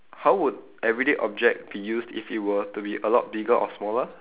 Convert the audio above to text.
how would everyday object be used if it were to be a lot bigger or smaller